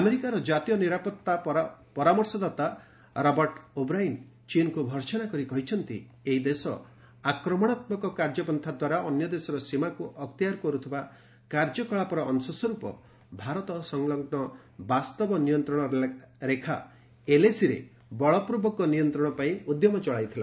ଆମେରିକାର ଜାତୀୟ ନିରାପତ୍ତା ପରାମର୍ଶଦାତା ରବର୍ଟ ଓବ୍ରାଇନ୍ ଚୀନ୍କୁ ଭର୍ସନା କରି କହିଛନ୍ତି ଏହି ଦେଶ ଆକ୍ରମଣାତ୍ମକ କାର୍ଯ୍ୟପନ୍ତା ଦ୍ୱାରା ଅନ୍ୟଦେଶର ସୀମାକୁ ଅକ୍ତିଆର କରୁଥିବା କାର୍ଯ୍ୟକଳାପର ଅଂଶସ୍ୱରୂପ ଭାରତ ସଂଲଗ୍ନ ବାସ୍ତବ ନିୟନ୍ତ୍ରଣରେଖାଏଲଏସିରେ ବଳପୂର୍ବକ ନିୟନ୍ତ୍ରଣ ପାଇଁ ଉଦ୍ୟମ ଚଳାଇଥିଲା